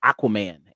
aquaman